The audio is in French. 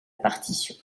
partition